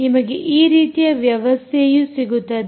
ನಿಮಗೆ ಈ ರೀತಿಯ ವ್ಯವಸ್ಥೆಯು ಸಿಗುತ್ತದೆ